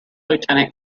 lieutenant